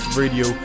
radio